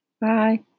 Bye